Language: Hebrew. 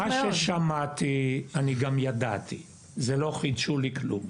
ומה ששמעתי אני גם ידעתי, בזה לא חידשו לי כלום.